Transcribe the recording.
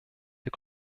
der